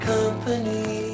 company